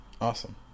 Awesome